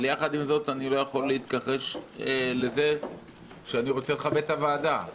אבל יחד עם זאת אני לא יכול להתכחש לזה שאני רוצה לכבד את הוועדה.